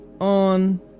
on